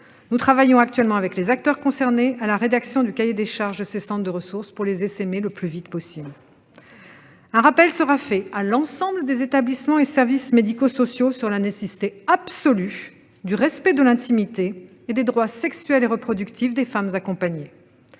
Nous travaillons actuellement avec les acteurs concernés à la rédaction du cahier des charges de ces centres de ressources, afin que ceux-ci essaiment le plus vite possible. Il sera rappelé à l'ensemble des établissements et services médico-sociaux la nécessité absolue du respect de l'intimité et des droits sexuels et reproductifs des femmes accompagnées.